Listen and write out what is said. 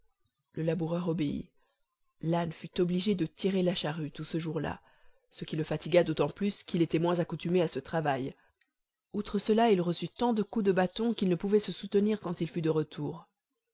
le laboureur obéit l'âne fut obligé de tirer la charrue tout ce jour-là ce qui le fatigua d'autant plus qu'il était moins accoutumé à ce travail outre cela il reçut tant de coups de bâton qu'il ne pouvait se soutenir quand il fut de retour